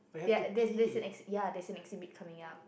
their there's there's an ex~ ya there's an exhibit coming up